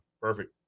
Perfect